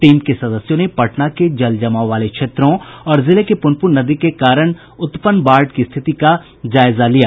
team के सदस्यों ने पटना के जलजमाव वाले क्षेत्रों और जिले में प्रनपुन नदी के कारण उत्पन्न बाढ़ की स्थिति का जायजा लिया